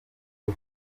byo